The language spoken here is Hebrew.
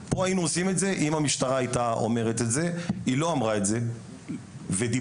אני הגעתי לכנסת כדי לקדם את